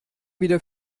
wieder